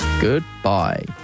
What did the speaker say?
goodbye